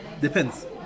depends